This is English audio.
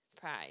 pride